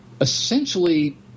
essentially